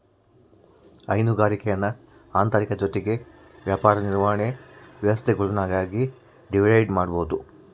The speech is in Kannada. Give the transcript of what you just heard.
ಹೈನುಗಾರಿಕೇನ ಆಂತರಿಕ ಜೊತಿಗೆ ವ್ಯಾಪಕ ನಿರ್ವಹಣೆ ವ್ಯವಸ್ಥೆಗುಳ್ನಾಗಿ ಡಿವೈಡ್ ಮಾಡ್ಬೋದು